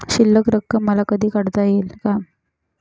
शिल्लक रक्कम मला कधी काढता येईल का?